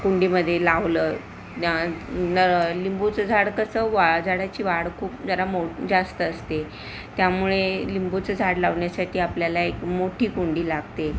कुंडीमध्ये लावलं त्या न लिंबूचं झाड कसं वा झाडाची वाढ खूप जरा मो जास्त असते त्यामुळे लिंबूचं झाड लावण्यासाठी आपल्याला एक मोठी कुंडी लागते